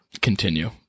continue